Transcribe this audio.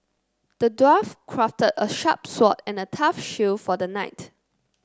the dwarf crafted a sharp sword and a tough shield for the knight